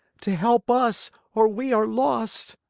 to help us, or we are lost!